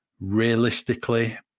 Realistically